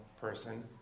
person